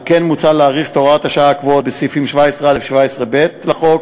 על כן מוצע להאריך את תוקף הוראות השעה הקבועות בסעיפים 17א ו-17ב לחוק